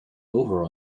over